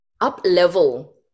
up-level